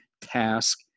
task